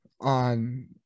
on –